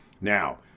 Now